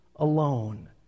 alone